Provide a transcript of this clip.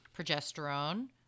progesterone